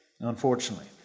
unfortunately